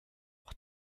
what